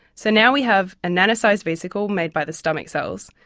so now we have a nano-sized vesicle made by the stomach cells,